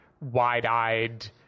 wide-eyed